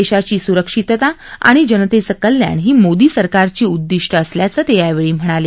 देशाची सुरक्षितता आणि जनतेचं कल्याण ही मोदी सरकारची उद्दिष्टं असल्याचं ते म्हणाले